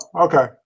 okay